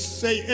say